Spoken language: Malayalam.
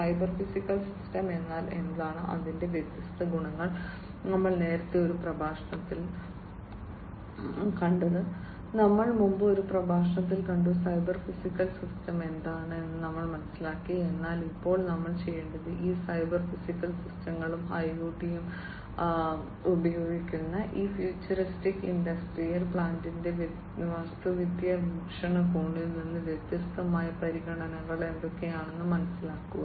സൈബർ ഫിസിക്കൽ സിസ്റ്റം എന്നാൽ എന്താണ് അതിന്റെ വ്യത്യസ്ത ഗുണങ്ങൾ നമ്മൾ നേരത്തെ ഒരു പ്രഭാഷണത്തിൽ കണ്ടത് ഞങ്ങൾ മുമ്പ് ഒരു പ്രഭാഷണത്തിൽ കണ്ടു സൈബർ ഫിസിക്കൽ സിസ്റ്റം എന്താണെന്ന് ഞങ്ങൾ മനസ്സിലാക്കി എന്നാൽ ഇപ്പോൾ നമ്മൾ ചെയ്യേണ്ടത് ഈ സൈബർ ഫിസിക്കൽ സിസ്റ്റങ്ങളും ഐഒടിയും ഉപയോഗിക്കുന്ന ഈ ഫ്യൂച്ചറിസ്റ്റ് ഇൻഡസ്ട്രിയൽ പ്ലാന്റിന്റെ വാസ്തുവിദ്യാ വീക്ഷണകോണിൽ നിന്ന് വ്യത്യസ്തമായ പരിഗണനകൾ എന്തൊക്കെയാണെന്ന് മനസ്സിലാക്കുക